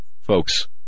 Folks